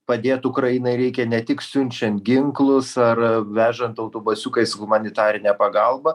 padėt ukrainai reikia ne tik siunčiant ginklus ar vežant autobusiukais humanitarinę pagalbą